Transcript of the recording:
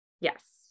Yes